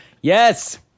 Yes